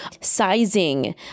sizing